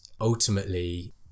ultimately